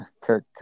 Kirk